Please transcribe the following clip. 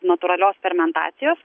natūralios fermentacijos